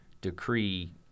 decree